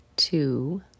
two